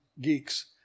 geeks